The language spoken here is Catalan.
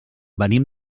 venim